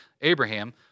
Abraham